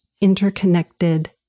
interconnected